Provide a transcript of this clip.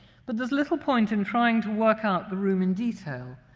but there's little point in trying to work out the room in detail.